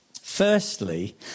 Firstly